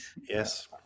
Yes